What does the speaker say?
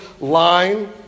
line